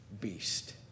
beast